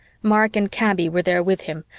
mark and kaby were there with him,